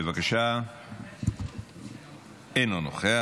בבקשה אינו נוכח,